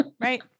Right